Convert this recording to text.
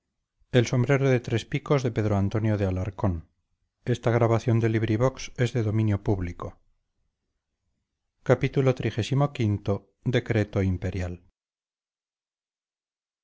escrita ahora tal y como pasó pedro antonio de alarcón